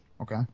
Okay